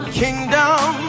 kingdom